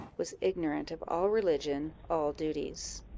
was ignorant of all religion, all duties.